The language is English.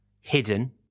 hidden